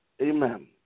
Amen